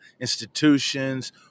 institutions